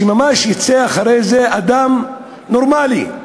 שיצא אחרי זה אדם נורמלי,